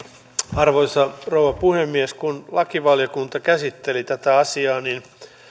arvoisa rouva puhemies kun lakivaliokunta käsitteli tätä asiaa niin